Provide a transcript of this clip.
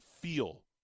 feel